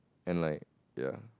and like ya